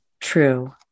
true